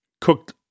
cooked